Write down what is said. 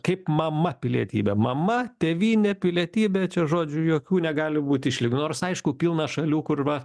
kaip mama pilietybė mama tėvynė pilietybė čia žodžių jokių negali būt išlygų nors aišku pilna šalių kur va